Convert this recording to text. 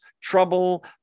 trouble